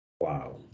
Wow